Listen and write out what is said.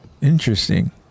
Interesting